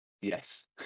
Yes